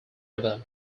river